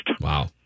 Wow